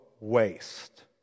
waste